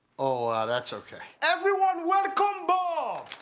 oh, that's okay. everyone welcome bob.